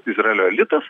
izraelio elitas